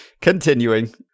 Continuing